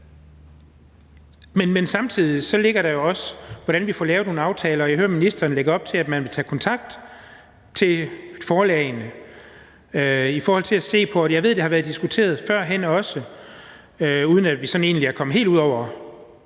Men samtidig ligger der jo også spørgsmålet om, hvordan vi får lavet nogle aftaler. Jeg hører ministeren lægge op til, at man vil tage kontakt til forlagene i forhold til at se på det. Jeg ved, det har været diskuteret førhen også, uden at vi sådan egentlig er kommet helt ud over